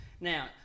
Now